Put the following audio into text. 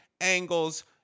angles